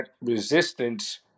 resistance